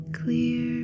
clear